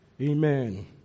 Amen